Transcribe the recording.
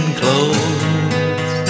clothes